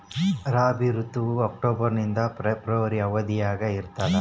ರಾಬಿ ಋತುವು ಅಕ್ಟೋಬರ್ ನಿಂದ ಫೆಬ್ರವರಿ ಅವಧಿಯಾಗ ಇರ್ತದ